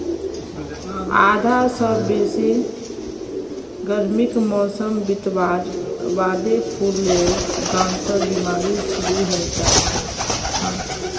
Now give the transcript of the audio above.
आधा स बेसी गर्मीर मौसम बितवार बादे फूलेर गाछत बिमारी शुरू हैं जाछेक